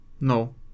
No